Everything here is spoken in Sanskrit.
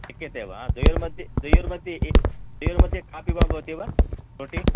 शक्यते वा द्वयोर्मध्ये द्वयोर्मध्ये ए द्वयोर्मध्ये कापि वा भवति वा रोटी